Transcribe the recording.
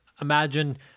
Imagine